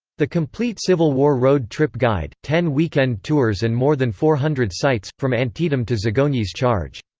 the complete civil war road trip guide ten weekend tours and more than four hundred sites, from antietam to zagonyi's charge.